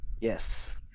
Yes